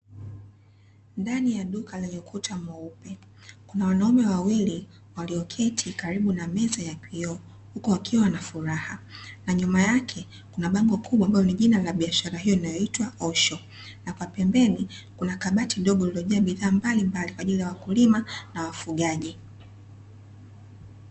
Ndani ya duka lenye ukuta mweupe, kuna wanaume wawili walioketi karibu na meza ya kioo huku wakiwa na furaha, na nyuma yake kuna bango kubwa ambalo ni jina la biashara hiyo inayoitwa "OSHO", na kwa pembeni kuna kabati dogo lililojaa bidhaa mbalimbali kwa ajili ya wakulima na wafugaji.